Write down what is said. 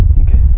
Okay